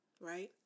Right